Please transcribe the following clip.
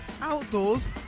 outdoors